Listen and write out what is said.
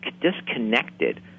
disconnected